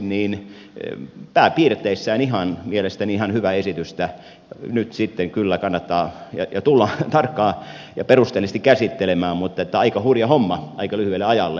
aika ennakkoluulottomasti pääpiirteissään mielestäni ihan hyvää esitystä nyt sitten kyllä kannattaa tulla tarkkaan ja perusteellisesti käsittelemään mutta aika hurja homma aika lyhyelle ajalle on meillä edessä